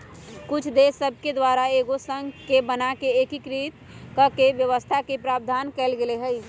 कुछ देश सभके द्वारा एगो संघ के बना कऽ एकीकृत कऽकेँ व्यवस्था के प्रावधान कएल गेल हइ